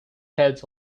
head